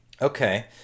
Okay